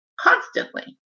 constantly